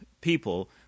people